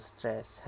Stress